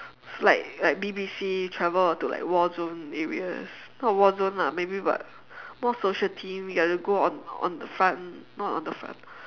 it's like like B_B_C travel or to like war zone areas not war zone lah maybe but more social themed you get to go on on the front not on the front